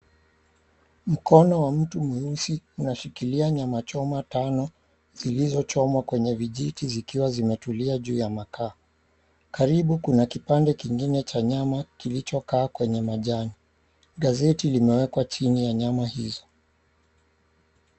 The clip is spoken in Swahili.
Mkono wa mtu mweusi unashikilia nyama choma tano zilizochomwa kwenye vijiti zikiwa zimetulia juu ya makaa. Karibu kuna kipande kingine cha nyama kilichokaa kwenye majan. Gazeti limewekwa chini ya nyama hizo.